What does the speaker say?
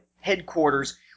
headquarters